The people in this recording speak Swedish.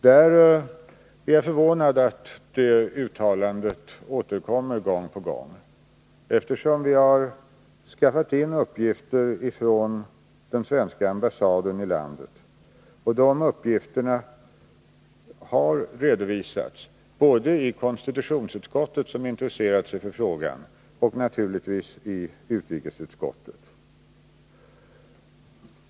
Jag är förvånad över att sådana uttalanden återkommer gång på gång, eftersom vi skaffat in uppgifter från den svenska ambassaden i landet och de uppgifterna har redovisats både i konstitutionsutskottet, som intresserat sig för frågan, och naturligtvis i utrikesutskottet.